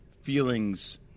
feelings